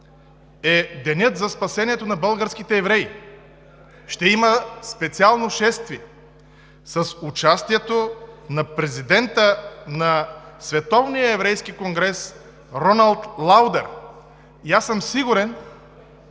е Денят за спасението на българските евреи. Ще има специално шествие с участието на президента на Световния еврейски конгрес Роналд Лаудер. И аз съм сигурен,